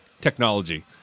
technology